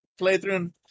playthrough